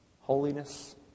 holiness